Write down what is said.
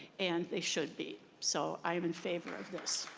and they should be. so i am in favor of this.